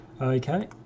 Okay